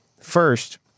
first